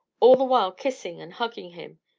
all the while kissing and hugging him.